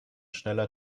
schneller